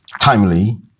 timely